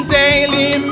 daily